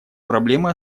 проблемы